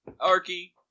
Arky